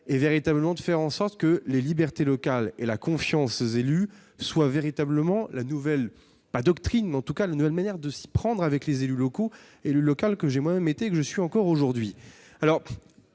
et véritablement de faire en sorte que les libertés locales et la confiance ses élus soient véritablement la nouvelle pas doctrine, mais en tout cas le nouvelle manière de s'y prendre avec les élus locaux, élu local que j'ai moi-même été que je suis encore aujourd'hui,